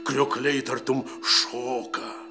kriokliai tartum šoka